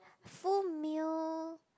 full meal